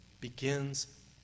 begins